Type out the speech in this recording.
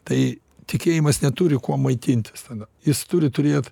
tai tikėjimas neturi kuo maitintis tada jis turi turėt